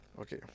Okay